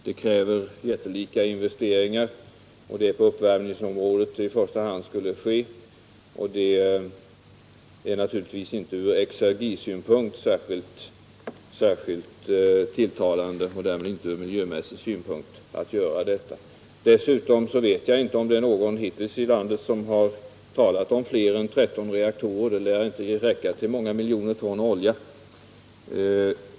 Det kräver jättelika investeringar, i första hand på uppvärmningsområdet, och det är naturligtvis inte särskilt tilltalande ur exergisynpunkt och därmed inte heller ur miljömässiga aspekter. Dessutom vet jag inte om någon hittills i landet har talat för fler än 13 reaktorer, och dessa lär inte räcka till för att ersätta många miljoner ton olja.